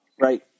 Right